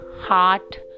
heart